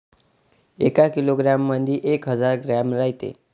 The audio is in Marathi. एका किलोग्रॅम मंधी एक हजार ग्रॅम रायते